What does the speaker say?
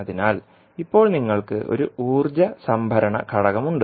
അതിനാൽ ഇപ്പോൾ നിങ്ങൾക്ക് ഒരു ഊർജ്ജ സംഭരണ ഘടകം ഉണ്ട്